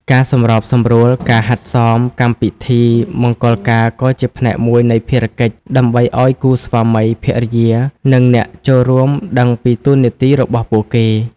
ការសម្របសម្រួលការហាត់សមកម្មពិធីមង្គលការក៏ជាផ្នែកមួយនៃភារកិច្ច ដើម្បីឱ្យគូស្វាមីភរិយា និងអ្នកចូលរួមដឹងពីតួនាទីរបស់ពួកគេ។